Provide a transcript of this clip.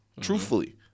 truthfully